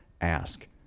ask